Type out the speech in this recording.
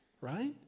right